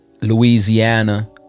louisiana